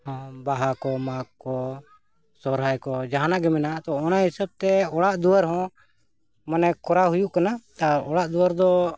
ᱵᱟᱦᱟ ᱠᱚ ᱢᱟᱜᱽ ᱠᱚ ᱥᱚᱦᱚᱨᱟᱭ ᱠᱚ ᱡᱟᱦᱟᱱᱟᱜ ᱜᱮ ᱢᱮᱱᱟᱜᱼᱟ ᱛᱚ ᱚᱱᱟ ᱦᱤᱥᱟᱹᱵ ᱛᱮ ᱚᱲᱟᱜ ᱫᱩᱣᱟᱹᱨ ᱦᱚᱸ ᱢᱟᱱᱮ ᱠᱚᱨᱟᱣ ᱦᱩᱭᱩᱜ ᱠᱟᱱᱟ ᱟᱨ ᱚᱲᱟᱜ ᱫᱩᱣᱟᱹᱨ ᱫᱚ